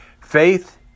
faith